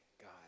God